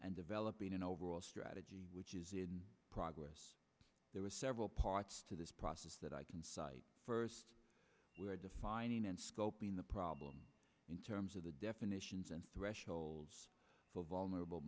and developing an overall strategy which is in progress there are several parts to this process that i can cite first where defining and scoping the problem in terms of the definitions and thresholds for vulnerable